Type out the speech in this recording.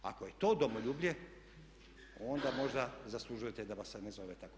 Ako je to domoljublje onda možda zaslužujete da vas se ne zove tako.